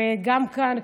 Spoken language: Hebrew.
וגם כאן,